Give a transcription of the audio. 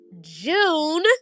June